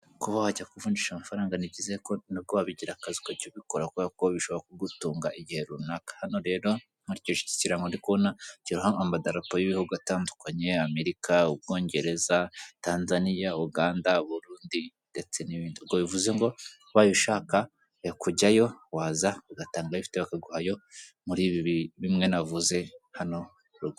Kuba wajya kuvungisha amafaranga ni byiza ariko no kuba wabigira akazi ukajya ubikora kubera ko bishobora kugutunga igihe runaka. Hano rero nkurikije iki kirango ndi kubona kiriho amadarapo y'ibihugu bitandukanye Amerika, Ubwongereza, Tanzania, Uganda, Burundi ndetse n'bindi. Bivuze ngo ubaye ushaka ya kujyayo waza ugatanga ayo ufite bakaguha ayo bafite muri ibi bimwe navuze hano ruguru.